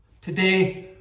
Today